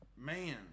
Man